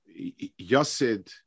Yasid